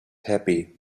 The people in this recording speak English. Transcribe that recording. happy